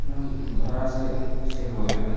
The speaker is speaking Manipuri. ꯅꯪ ꯚꯔꯥꯁꯦ ꯁꯦꯜ ꯑꯣꯏꯅ